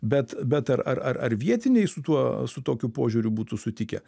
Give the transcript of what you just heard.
bet bet ar ar ar vietiniai su tuo su tokiu požiūriu būtų sutikę